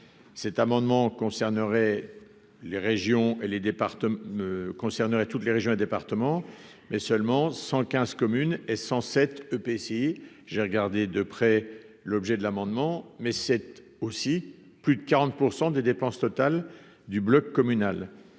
les départements concernerait toutes les régions et départements mais seulement 115 communes et 107 EPCI, j'ai regardé de près l'objet de l'amendement, mais cette aussi plus de 40 % des dépenses totales du bloc communal,